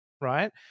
right